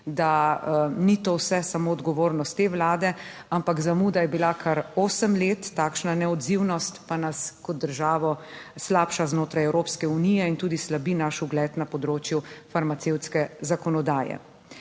da ni to vse samo odgovornost te Vlade, ampak zamuda je bila kar 8 let. Takšna neodzivnost pa nas kot državo slabša znotraj Evropske unije in tudi slabi naš ugled na področju farmacevtske zakonodaje.